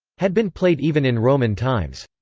had been played even in roman times.